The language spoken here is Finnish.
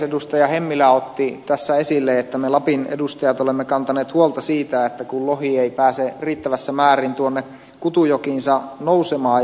edustaja hemmilä otti tässä esille että me lapin edustajat olemme kantaneet huolta siitä kun lohi ei pääse riittävässä määrin tuonne kutujokiinsa nousemaan